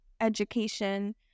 education